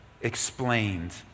explained